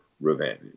revenge